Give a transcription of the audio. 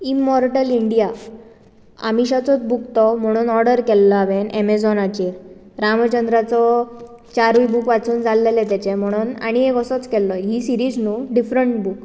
immortal India आमिशाचोच book तो म्हणून ओर्डर केल्लो हांवें एमजोनाचेर रामचंद्राचो चारूय बूक वाचून जाल्लेले ताचे म्हणून आनी एक असोच केल्लो हि सिरीज न्हू डिफरंट बूक